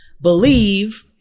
believe